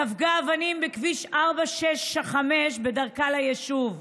ספגה אבנים בכביש 465 בדרכה ליישוב: